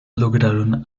lograron